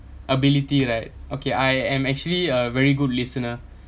ability like okay I am actually a very good listener